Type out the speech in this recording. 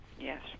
Yes